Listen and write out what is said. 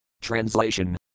Translation